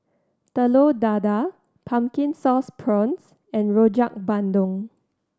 Telur Dadah Pumpkin Sauce Prawns and Rojak Bandung